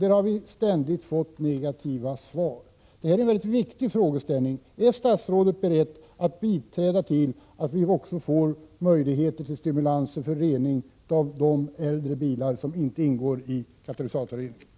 Vi har ständigt fått negativa svar, men det är en viktig frågeställning. Är statsrådet beredd att medverka till att vi får möjlighet att införa stimulanser för rening av avgaser från de äldre bilar som inte har katalysatorrening?